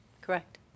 Correct